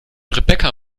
rebecca